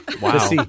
Wow